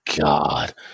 god